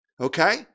okay